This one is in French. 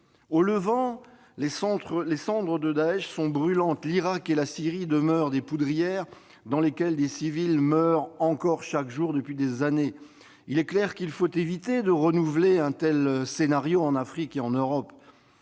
Au Levant, les cendres de Daech sont brûlantes : l'Irak et la Syrie demeurent des poudrières dans lesquelles des civils meurent chaque jour depuis des années. Il faut éviter de répéter un tel scénario en Afrique et en Europe.